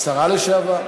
שרה לשעבר.